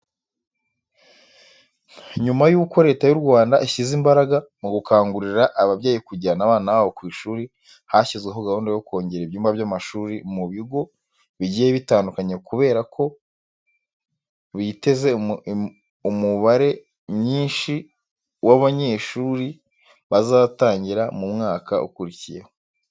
Nyuma yuko Leta y'u Rwanda ishyize imbaraga mu gukangurira ababyeyi kujyana abana babo ku ishuri, hashyizweho gahunda yo kongera ibyumba by'amashuri mu bigo bigiye bitandukanye kubera ko biteze umubare myinshi w'abanyeshuri bazatangira mu mwaka ukurikiyeho.